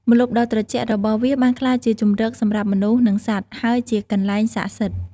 ម្លប់ដ៏ត្រជាក់របស់វាបានក្លាយជាជម្រកសម្រាប់មនុស្សនិងសត្វ ហើយជាកន្លែងស័ក្តិសិទ្ធិ។